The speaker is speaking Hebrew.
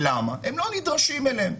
כי הם לא נדרשים אליהם.